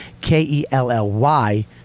K-E-L-L-Y